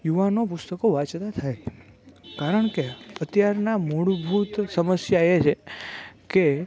યુવાનો પુસ્તકો વાંચતા થાય કારણ કે અત્યારની મૂળભૂત સમસ્યા એ છે કે